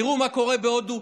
תראו מה קורה בהודו,